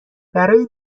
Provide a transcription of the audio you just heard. برای